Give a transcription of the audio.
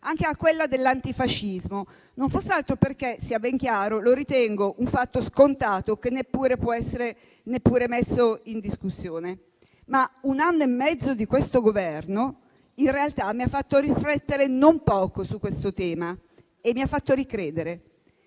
anche a quella dell'antifascismo, non foss'altro perché - sia ben chiaro - lo ritengo un fatto scontato, che non può essere neppure messo in discussione. Un anno e mezzo di questo Governo, in realtà, mi ha fatto riflettere non poco su questo tema e mi ha fatto ricredere,